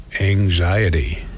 anxiety